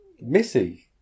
Missy